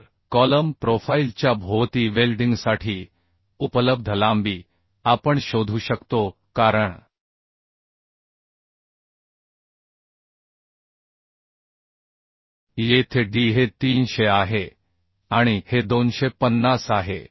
तर कॉलम प्रोफाइलच्या भोवती वेल्डिंगसाठी उपलब्ध लांबी आपण शोधू शकतो कारण येथे d हे 300 आहे आणि हे 250 आहे